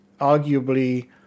arguably